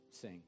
sing